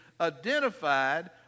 identified